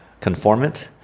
conformant